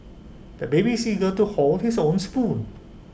the baby is eager to hold his own spoon